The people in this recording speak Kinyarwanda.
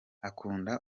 akunda